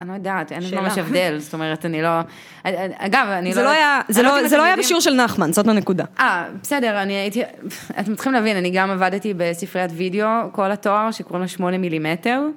אני לא יודעת, אין לי ממש הבדל, זאת אומרת, אני לא... אגב, אני לא יודעת אם אתם יודעים... זה לא היה בשיעור של נחמן, זאת הנקודה. אה, בסדר, אני הייתי... אתם צריכים להבין, אני גם עבדתי בספריית וידאו, כל התואר שקוראים לו שמונה מילימטר.